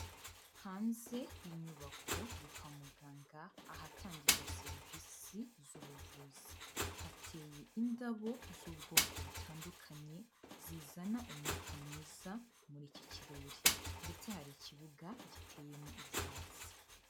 Hanze y'inyubako yo kwa muganga ahatangirwa serivisi z'ubuvuzi, hateye indabo z'ubwoko butandukanye zizana umwuka mwiza muri iki kirere, ndetse hari ikibuga giteyemo ibyatsi.